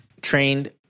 trained